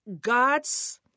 God's